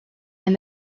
and